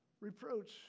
reproach